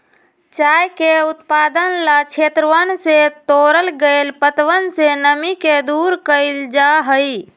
चाय के उत्पादन ला क्षेत्रवन से तोड़ल गैल पत्तवन से नमी के दूर कइल जाहई